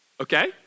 Okay